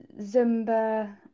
zumba